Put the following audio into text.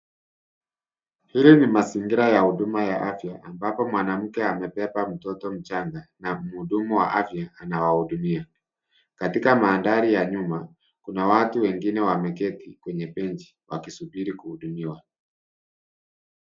Hili ni mazingira ya huduma ya afya ambapo mwanamke amebeba mtoto mchanga na mhudumu wa afya anawahudumia. Katika mandhari ya nyuma, kuna watu wengine wameketi kwenye fensi wakisubiri kuhudumiwa.